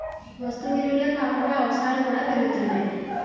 వస్తు విలువలే కాకుండా అవసరాలు కూడా పెరుగుతున్నాయి